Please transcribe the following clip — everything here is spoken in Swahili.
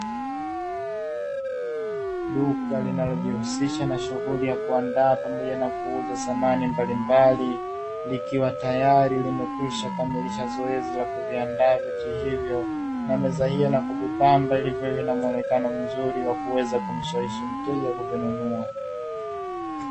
Duka linalojihusisha na shughuli ya kuandaa pamoja na kuuza samani mbalimbali, likiwa tayari limekwisha kamilisha zoezi la kuviandaa vitu hivyo, na meza hiyo na kuvipamba ilivyo na muonekano mzuri wa kuweza kumshawishi mteja kuvinunua.